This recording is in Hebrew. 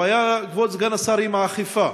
הבעיה, כבוד סגן השר, היא עם האכיפה,